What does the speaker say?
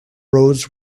roads